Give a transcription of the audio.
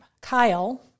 Kyle